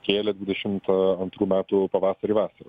kėlė dvidešimt antrų metų pavasarį vasarą